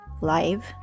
live